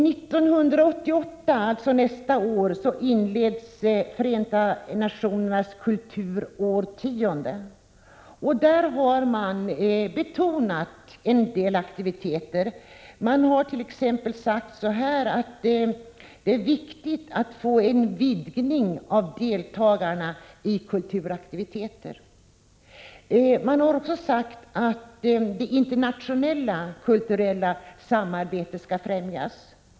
1988 inleds Förenta nationernas kulturårtionde, och en del aktiviteter kommer då att betonas. Det framhålls t.ex. att det är viktigt med en vidgning av deltagandet i kulturaktiviteter samt att det internationella kulturella samarbetet skall främjas.